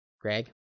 Greg